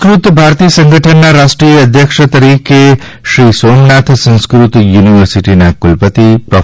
સંસ્કૃત ભારતી સંગઠનનાં રાષ્ટ્રીય અધ્યક્ષ તરીકે શ્રી સોમનાથ સંસ્કૃત યુનિવર્સિટીના કુલપતિ પ્રો